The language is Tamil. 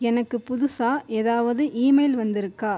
எனக்கு புதுசாக ஏதாவது ஈமெயில் வந்திருக்கா